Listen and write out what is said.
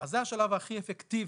אז זה השלב הכי אפקטיבי.